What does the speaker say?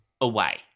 away